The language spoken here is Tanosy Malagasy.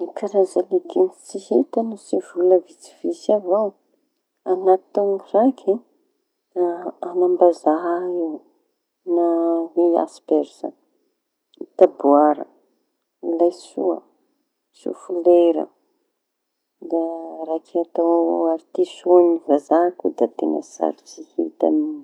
Ny legioma tsy hita no tsy volaña vitsivitsy avao añaty taoña raiky a- añam-bazaha asperza, taboara, laïsoa, sofilera. Da raiky atao artisô vazaha da teña sarotsy hita mihitsy.